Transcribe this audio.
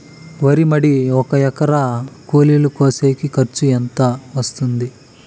వరి మడి ఒక ఎకరా కూలీలు కోసేకి ఖర్చు ఎంత వస్తుంది?